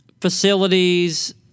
facilities